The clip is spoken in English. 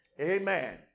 Amen